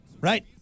Right